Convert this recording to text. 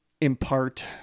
impart